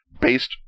based